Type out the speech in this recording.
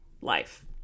life